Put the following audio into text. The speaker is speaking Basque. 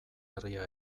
herria